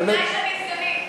אבל בתנאי שאני סגנית.